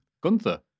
Gunther